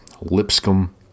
Lipscomb